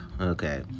Okay